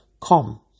Come